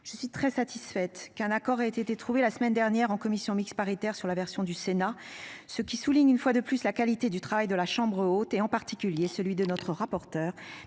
Je suis très satisfaite qu'un accord ait été trouvé la semaine dernière en commission mixte paritaire sur la version du Sénat ce qui souligne une fois de plus la qualité du travail de la chambre haute et en particulier celui de notre rapporteur